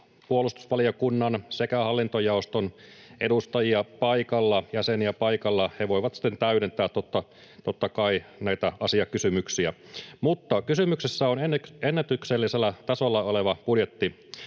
puolustusvaliokunnan sekä hallintojaoston edustajia paikalla, jäseniä paikalla, ja he voivat sitten totta kai täydentää näitä asiakysymyksiä. Kysymyksessä on ennätyksellisellä tasolla oleva budjetti.